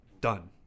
done